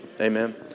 Amen